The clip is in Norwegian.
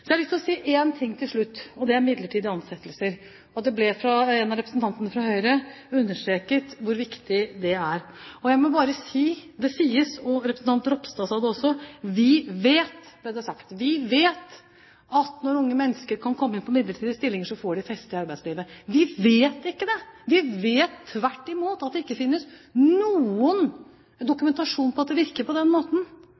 har jeg lyst til å si én ting til slutt, og det er om midlertidige ansettelser. Det ble av en av representantene fra Høyre understreket hvor viktig det er. Det sies, og representanten Ropstad sa det også – vi vet, ble det sagt – at når unge mennesker kan komme inn i midlertidige stillinger, får de et feste i arbeidslivet. Vi vet ikke det, vi vet tvert imot at det ikke finnes noen